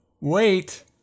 wait